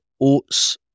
oats